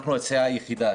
אנחנו הסיעה היחידה,